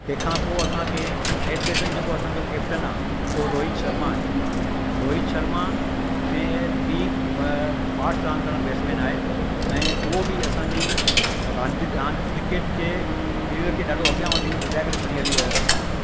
तहिं खां पोइ असांखे ऐट प्रेसैन्ट जेको असांजो कैप्टन आहे उहो रोहित शर्मा आहे रोहित शर्मा प बि व फास्ट रांदि करण बैट्समैन आहे ऐं उहो बि असांजी रांदि रांदि क्रिकेट जे प्लेर खे ॾाढो अॻियां वधी वधाए करे खणी हली वियो आहे